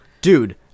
Dude